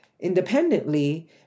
independently